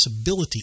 ability